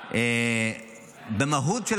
לחברת הכנסת שרון ניר אני אשיב.